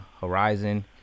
horizon